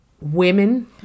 women